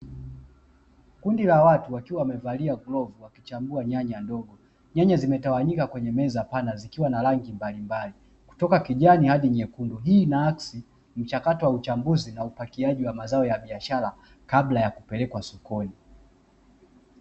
Kundi la watu wakiwa wamevalia glavu wakichambua nyanya ndogo. Nyanya zimetawanyika kwenye meza pana zikiwa na rangi mbalimbali, kutoka kijani hadi nyekundu. Hii inaakisi mchakato wa uchambuzi na upakiaji wa mazao ya biashara kabla ya kupelekwa sokoni.